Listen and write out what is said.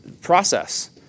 process